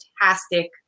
fantastic